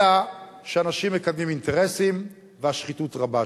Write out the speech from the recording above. אלא שאנשים מקדמים אינטרסים, והשחיתות שם רבה.